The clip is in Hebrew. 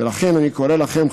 ולכן אני קורא לכם.